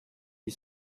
ils